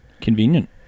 Convenient